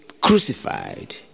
crucified